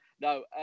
no